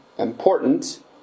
important